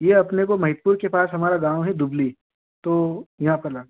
ये अपने को महीदपुर के पास हमारा गाँव है दुबली तो यहाँ पर ला